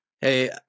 hey